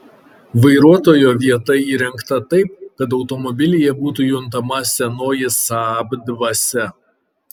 vairuotojo vieta įrengta taip kad automobilyje būtų juntama senoji saab dvasia